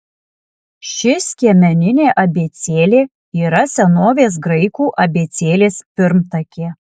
ši skiemeninė abėcėlė yra senovės graikų abėcėlės pirmtakė